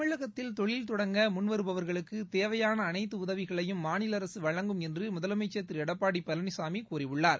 தமிழகத்தில் தொழில் தொடங்க முன்வருபவர்களுக்கு தேவையாள அனைத்து உதவிகளையும் மாநில அரசு வழங்கும் என்று முதலமைச்சர் திரு எடப்பாடி பழனிசாமி கூறியுள்ளார்